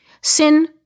Sin